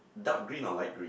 dark green or light green